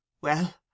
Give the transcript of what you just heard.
Well